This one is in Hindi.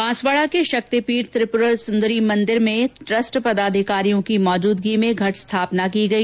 बांसवाड़ा के शक्ति पीठ त्रिपुरा सुंदरी माता मंदिर में ट्रस्ट पदाधिकारियों की मौजूदगी में घट स्थापना की गई